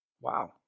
Wow